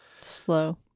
slow